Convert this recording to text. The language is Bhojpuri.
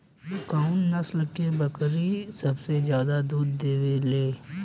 कउन नस्ल के बकरी सबसे ज्यादा दूध देवे लें?